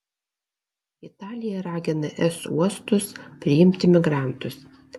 italija ragina es uostus priimti migrantus